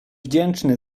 wdzięczny